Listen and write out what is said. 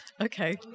Okay